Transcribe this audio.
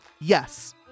Yes